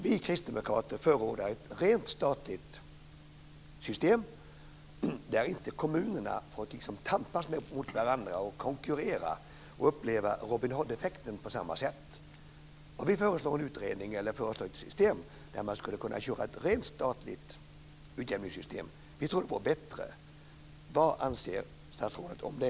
Vi kristdemokrater förordar ett rent statligt system, där inte kommunerna får tampas med varandra, konkurrera och uppleva Robin Hood-effekten på samma sätt. Vi föreslår en utredning om eller ett system med ett rent statligt utjämningssystem. Vi tror att det vore bättre. Vad anser statsrådet om det?